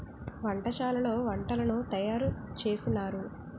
వంటశాలలో వంటలను తయారు చేసినారు